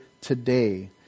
today